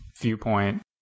viewpoint